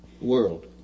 world